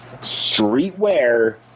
streetwear